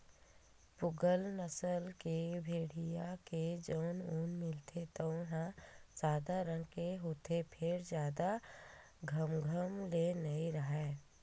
पूगल नसल के भेड़िया ले जउन ऊन मिलथे तउन ह सादा रंग के होथे फेर जादा घमघम ले नइ राहय